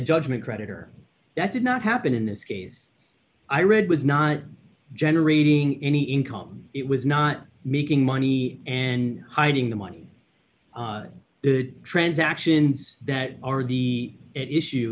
judgment creditor that did not happen in this case i read was not generating any income it was not making money and hiding the money the transactions that are the issue